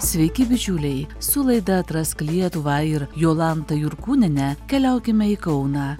sveiki bičiuliai su laida atrask lietuvą ir jolantą jurkūnienę keliaukime į kauną